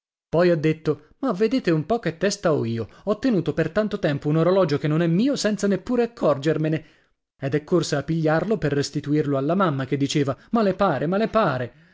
poi ha detto ma vedete un po che testa ho io ho tenuto per tanto tempo un orologio che non è mio senza neppure accorgermene ed è corsa a pigliarlo per restituirlo alla mamma che diceva ma le pare ma le pare